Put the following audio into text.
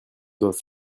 doivent